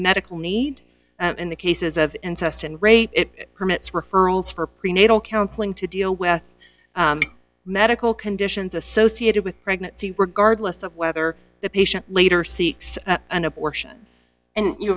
medical need and in the cases of incest and rape it permits referrals for prenatal counseling to deal with medical conditions associated with pregnancy regardless of whether the patient later seeks an abortion and you